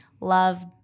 love